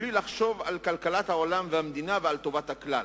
ובלי לחשוב על כלכלת העולם והמדינה ועל טובת הכלל,